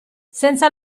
senza